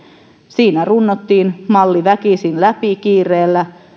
siinä runnottiin malli väkisin läpi kiireellä